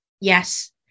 yes